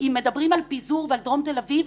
אם מדברים על פיזור ועל דרום תל אביב,